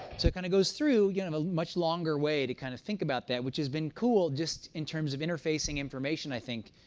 so it kind of goes through you know a much longer way to kind of think about that, which has been cool just in terms of interfacing information, i think.